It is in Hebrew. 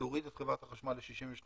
תוריד את חברת החשמל ל-62%,